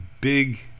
big